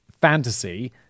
fantasy